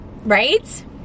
right